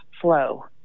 flow